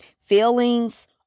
Feelings